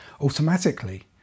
automatically